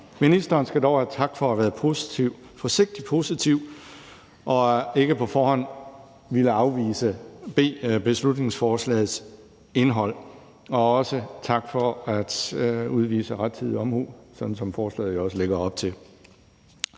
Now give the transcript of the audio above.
Ministeren skal dog have tak for at være forsigtigt positiv og ikke på forhånd at ville afvise beslutningsforslagets indhold. Jeg vil også rette en tak for at udvise rettidig omhu, sådan som forslaget også lægger op til.